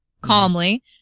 calmly